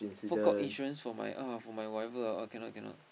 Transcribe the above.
fork out insurance for my uh for my whatever ah cannot cannot